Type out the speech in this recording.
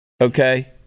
Okay